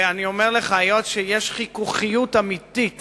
ואני אומר לך, היות שיש חיכוכיות אמיתית